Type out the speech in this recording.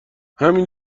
همین